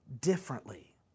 differently